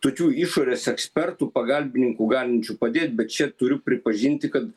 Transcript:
tokių išorės ekspertų pagalbininkų galinčių padėt bet čia turiu pripažinti kad